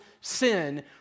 sin